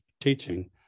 teaching